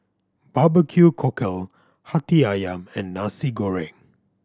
barbecue cockle Hati Ayam and Nasi Goreng